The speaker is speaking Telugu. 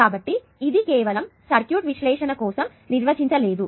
కాబట్టి ఇది కేవలం సర్క్యూట్ విశ్లేషణ సమస్య కోసం నిర్వచించలేదు